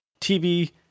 TV